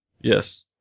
Yes